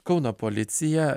kauno policija